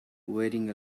wearing